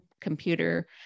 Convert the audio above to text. computer